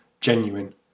genuine